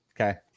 Okay